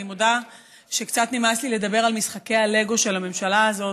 אני מודה שקצת נמאס לי לדבר על משחקי הלגו של הממשלה הזאת,